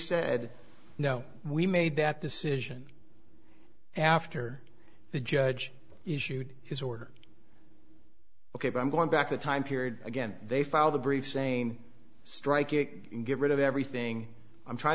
said no we made that decision after the judge issued his order ok but i'm going back to the time period again they filed a brief saying strike it and get rid of everything i'm trying